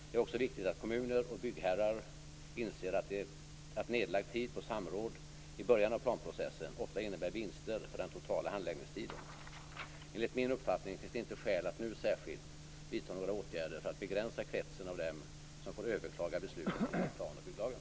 Det är också viktigt att kommuner och byggherrar inser att nedlagd tid på samråd i början av planprocessen ofta innebär vinster för den totala handläggningstiden. Enligt min uppfattning finns det inte skäl att nu särskilt vidta några åtgärder för att begränsa kretsen av dem som får överklaga beslut enligt plan och bygglagen.